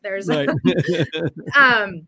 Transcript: There's-